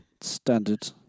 Standard